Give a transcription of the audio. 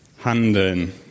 handeln